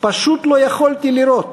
פשוט לא / יכולתי לירות,